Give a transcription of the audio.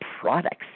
products